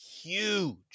huge